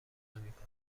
نمیکنم